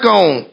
on